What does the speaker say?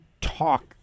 talk